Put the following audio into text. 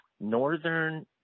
Northern